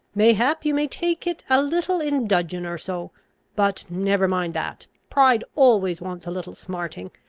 mayhap you may take it a little in dudgeon or so but never mind that. pride always wants a little smarting.